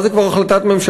ואז זה כבר החלטת ממשלה,